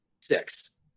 Six